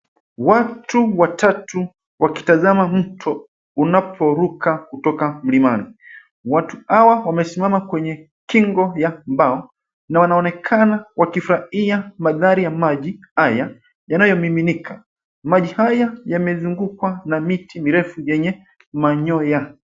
Watu watatu wakitazama mto unaoruka kutoka mlimani. Watu hawa wamesimama kwenye kingo ya mbao na wanaonekana wakifurahia mandhari ya maji yanayomiminika. Maji haya yamezungukwa na miti mirefu yenye manyoya.